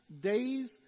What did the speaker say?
days